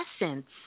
essence